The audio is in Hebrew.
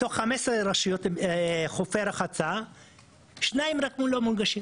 מתוך 15 חופי רחצה - שניים רק לא מונגשים.